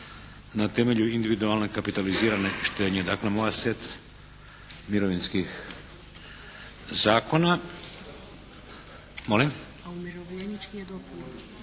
na temelju individualne kapitalizirane štednje. Dakle ovaj set mirovinskih zakona. … /Upadica se ne čuje./